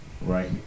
right